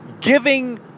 giving